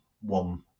one